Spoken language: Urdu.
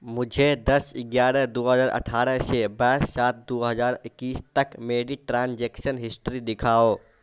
مجھے دس گیارہ دو ہزار اٹھارہ سے بائیس سات دو ہزار اکیس تک میری ٹرانجیکسن ہسٹری دکھاؤ